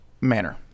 manner